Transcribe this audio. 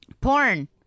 porn